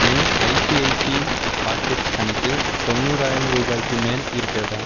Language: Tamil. என் ஐசிஐசிஐ பாக்கெட்ஸ் கணக்கில் தொண்ணூறாயிரம் ரூபாய்க்கு மேல் இருக்கிறதா